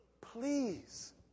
Please